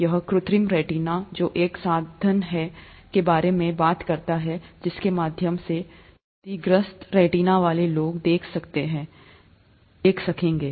यह कृत्रिम रेटिना जो एक साधन के बारे में बात करता है जिसके माध्यम से क्षतिग्रस्त रेटिना वाले लोग देख सकते हैं देख सकेंगे